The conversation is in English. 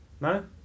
No